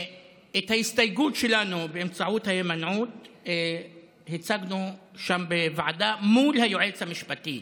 את ההסתייגות שלנו באמצעות ההימנעות הצגנו שם בוועדה מול היועץ המשפטי.